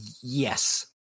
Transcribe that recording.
Yes